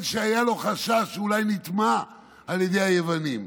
שהיה חשש שאולי נטמא על ידי היוונים.